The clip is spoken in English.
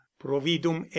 providum